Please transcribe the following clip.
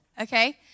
okay